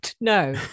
no